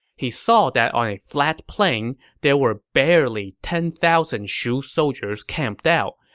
he saw that on a flat plain, there were barely ten thousand shu soldiers camped out,